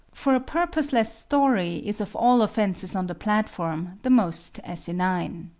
for a purposeless story is of all offenses on the platform the most asinine.